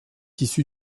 issue